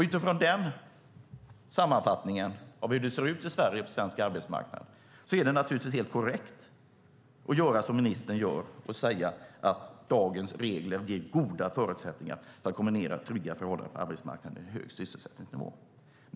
Utifrån denna sammanfattning av hur det ser ut i Sverige och på svensk arbetsmarknad är det naturligtvis helt korrekt att göra som ministern gör och säga att dagens regler ger goda förutsättningar för att kombinera trygga förhållanden på arbetsmarknaden med en hög sysselsättningsnivå.